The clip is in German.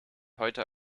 heute